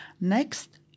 Next